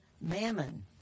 mammon